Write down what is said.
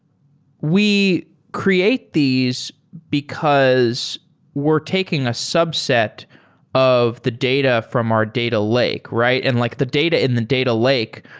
we create these because we're taking a subset of the data from our data lake, right? and like the data in the data lake,